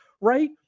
right